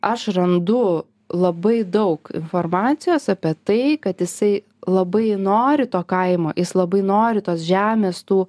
aš randu labai daug informacijos apie tai kad jisai labai nori to kaimo jis labai nori tos žemės tų